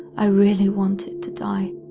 i really wanted to die.